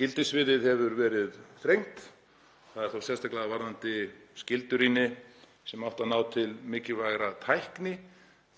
Gildissviðið hefur verið þrengt, sérstaklega varðandi skyldurýni sem átti að ná til mikilvægrar tækni.